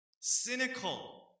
Cynical